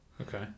Okay